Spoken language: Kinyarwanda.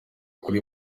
kuri